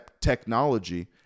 technology